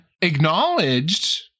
acknowledged